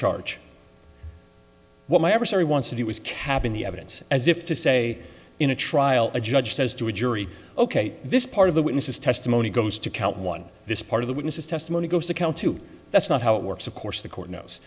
charge what my adversary wants to do is capping the evidence as if to say in a trial a judge says to a jury ok this part of the witness's testimony goes to count one this part of the witnesses testimony goes to count two that's not how it works of course the court knows